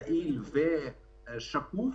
יעיל ושקוף